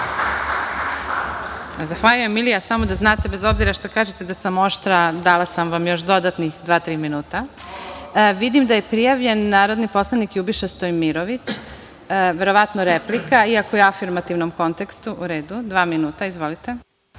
Zahvaljujem, Milija. Samo da znate, bez obzira što kažete da sam oštra, dala sam vam još dodatnih dva, tri minuta. Vidim da je prijavljen narodni poslanik Ljubiša Stojmirović, verovatno replika, iako je u afirmativnom kontekstu.U redu, dva minuta. Izvolite.